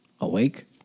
awake